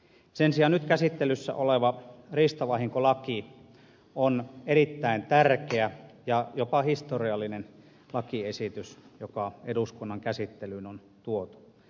sen sijaan nyt käsittelyssä oleva riistavahinkolaki on erittäin tärkeä ja jopa historiallinen lakiesitys joka eduskunnan käsittelyyn on tuotu